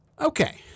Okay